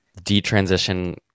detransition